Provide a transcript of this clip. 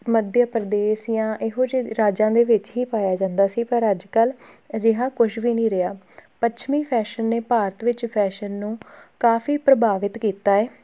ਮੱਧਿਆ ਪ੍ਰਦੇਸ਼ ਜਾਂ ਇਹੋ ਜਿਹੇ ਰਾਜਾਂ ਦੇ ਵਿੱਚ ਹੀ ਪਾਇਆ ਜਾਂਦਾ ਸੀ ਪਰ ਅੱਜ ਕੱਲ੍ਹ ਅਜਿਹਾ ਕੁਛ ਵੀ ਨਹੀਂ ਰਿਹਾ ਪੱਛਮੀ ਫੈਸ਼ਨ ਨੇ ਭਾਰਤ ਵਿੱਚ ਫੈਸ਼ਨ ਨੂੰ ਕਾਫੀ ਪ੍ਰਭਾਵਿਤ ਕੀਤਾ ਹੈ